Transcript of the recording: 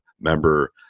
member